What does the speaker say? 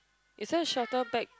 is there a shelter back